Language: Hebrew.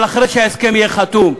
אבל אחרי שההסכם יהיה חתום,